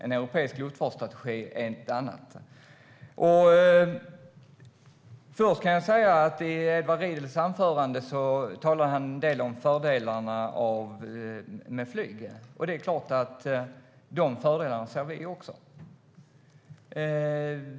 En europeisk luftfartsstrategi är en annan. I sitt anförande talade Edward Riedl om fördelarna med flyg. Dessa fördelar ser vi också.